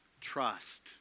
Trust